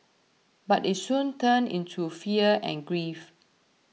but it soon turned into fear and grief